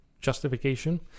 justification